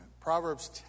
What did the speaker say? Proverbs